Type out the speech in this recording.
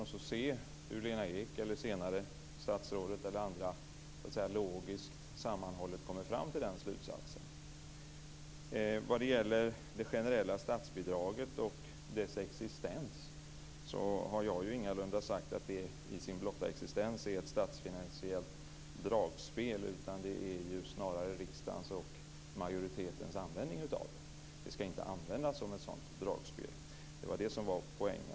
Dessutom vill jag höra hur Lena Ek och senare statsrådet eller andra så att säga logiskt sammanhållet kommer till den slutsatsen. Vad gäller det generella statsbidraget och dess existens har jag ingalunda sagt att det till sin blotta existens är ett statsfinansiellt dragspel. Snarare är det fråga om riksdagens och majoritetens användning av det. Det skall alltså inte användas som ett dragspel. Det är det som är poängen.